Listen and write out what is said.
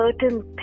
certain